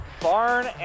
Barn